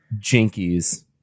jinkies